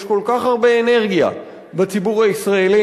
יש כל כך הרבה אנרגיה בציבור הישראלי,